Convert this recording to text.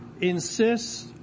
insists